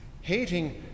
hating